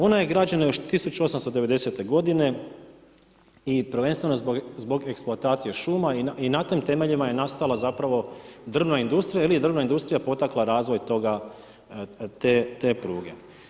Ona je građane još 1890. g. i prvenstveno zbog eksploatacije šuma i na tim temeljima je nastala zapravo drvna industrija, jer je drvna industrija potekla razvoj te pruge.